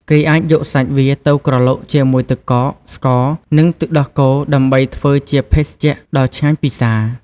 គេអាចយកសាច់វាទៅក្រឡុកជាមួយទឹកកក ស្ករ និងទឹកដោះគោដើម្បីធ្វើជាភេសជ្ជៈដ៏ឆ្ងាញ់ពិសា។